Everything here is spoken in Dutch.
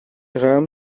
ruim